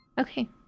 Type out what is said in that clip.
Okay